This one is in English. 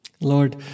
Lord